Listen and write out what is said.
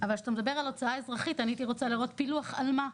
אבל כשאתה מדבר על הוצאה אזרחית אני הייתי רוצה לראות פילוח על מה.